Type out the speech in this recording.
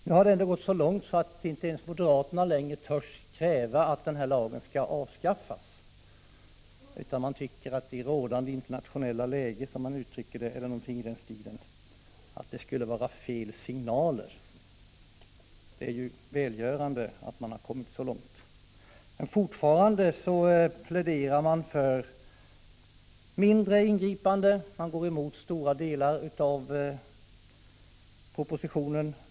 Nu har det ändå gått så långt att inte ens moderaterna törs kräva att Sydafrikalagen skall avskaffas, utan man tycker att det i rådande internationella läge, som man uttrycker det, eller någonting i den stilen, skulle vara fel signaler. Det är ju glädjande att man har kommit så långt. Men fortfarande pläderar moderaterna för mindre ingripande. De går emot stora delar av propositionen.